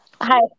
hi